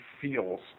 feels